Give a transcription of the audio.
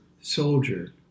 soldier